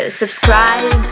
subscribe